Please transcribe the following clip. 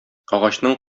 агачның